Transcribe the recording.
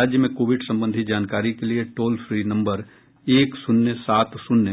राज्य में कोविड संबंधी जानकारी के लिए टोल फ्री नंबर एक शून्य सात शून्य